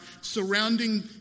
surrounding